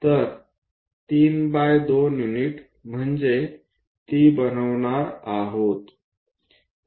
तर 3 by 2 unit आपण ती बनवणार आहोत